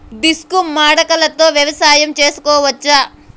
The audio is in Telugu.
డిస్క్ మడకలతో వ్యవసాయం చేసుకోవచ్చా??